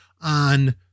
on